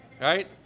Right